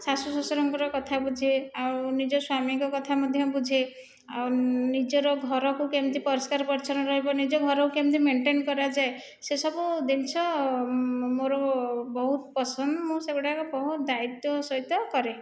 ଶାଶୁ ଶ୍ଵଶୁରଙ୍କର କଥା ବୁଝେ ଆଉ ନିଜ ସ୍ୱାମୀଙ୍କ କଥା ମଧ୍ୟ ବୁଝେ ଆଉ ନିଜର ଘରକୁ କେମିତି ପରିଷ୍କାର ପରିଚ୍ଛନ୍ନ ରହିବ ନିଜ ଘରକୁ କେମିତି ମେଣ୍ଟେନ୍ କରାଯାଏ ସେସବୁ ଜିନିଷ ମୋର ବହୁତ ପସନ୍ଦ ମୁଁ ସେଗୁଡ଼ାକ ବହୁତ ଦାୟିତ୍ୱ ସହିତ କରେ